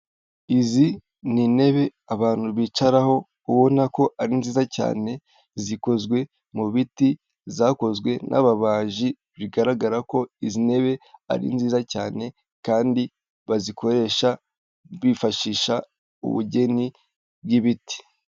Izi ni intebe abantu bicaraho, ubona ko ari nziza cyane, zikozwe mu biti, zakozwe n'ababaji, bigaragara ko izi ntebe ari nziza cyane kandi bazikoresha bifashisha ubugeni bw'ibiti.